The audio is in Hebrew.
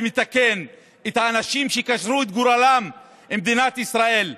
ומתקן לאנשים שקשרו את גורלם עם מדינת ישראל,